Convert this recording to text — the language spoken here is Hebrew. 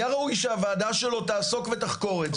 היה ראוי שהוועדה שלו תעסוק ותחקור את זה.